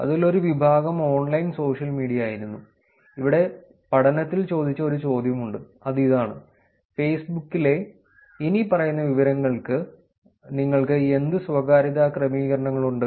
അതിൽ ഒരു വിഭാഗം ഓൺലൈൻ സോഷ്യൽ മീഡിയ ആയിരുന്നു ഇവിടെ പഠനത്തിൽ ചോദിച്ച ഒരു ചോദ്യമുണ്ട്അത് ഇതാണ് ഫേസ്ബുക്കിലെ ഇനിപ്പറയുന്ന വിവരങ്ങൾക്ക് നിങ്ങൾക്ക് എന്ത് സ്വകാര്യതാ ക്രമീകരണങ്ങളുണ്ട്